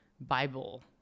Bible